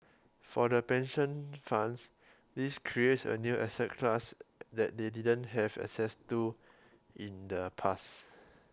for the pension funds this creates a new asset class that they didn't have access to in the past